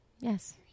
Yes